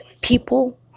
People